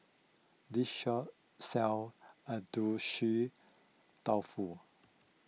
this shop sells Agedashi Dofu